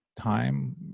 time